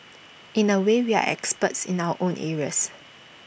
in A way we are experts in our own areas